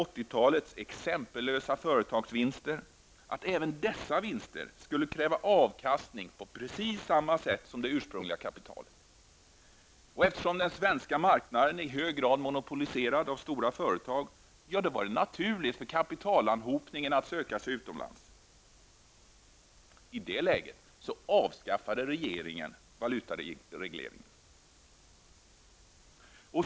talets exempellösa företagsvinster, att även dessa vinster skulle kräva avkastning på samma sätt som det ursprungliga kapitalet? Eftersom den svenska marknaden i hög grad är monopoliserad av stora företag, var det naturligt för kapitalanhopningen att söka sig utomlands. I det läget avskaffade regeringen valutaregleringen.